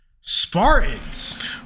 Spartans